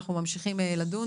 ואנחנו ממשיכים לדון בה.